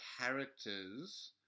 characters